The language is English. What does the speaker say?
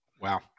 wow